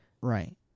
Right